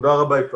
תודה רבה, יפעת.